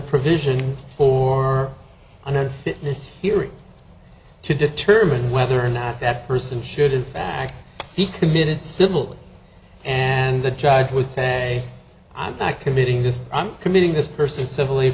provision for another fitness hearing to determine whether or not that person should in fact be committed civil and the judge would say i'm not committing this i'm committing this person civil